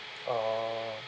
oh